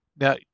Now